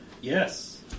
Yes